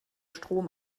strom